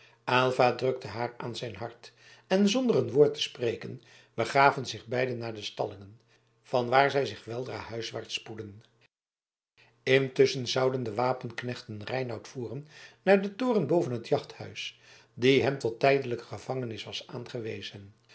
aylva drukte haar aan zijn hart en zonder een woord te spreken begaven zich beiden naar de stallingen van waar zij zich weldra huiswaarts spoedden intusschen zouden de wapenknechten reinout voeren naar den toren boven het jachthuis die hem tot tijdelijke gevangenis was aangewezen